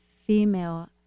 female